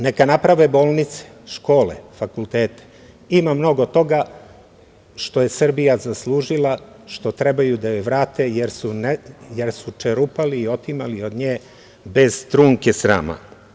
Neka naprave škole, bolnice, fakultete, ima mnogo toga što je Srbija zaslužila što treba da joj vrate, jer su čerupali i otimali od nje bez trunke srama.